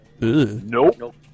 Nope